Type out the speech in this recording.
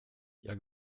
jag